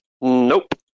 Nope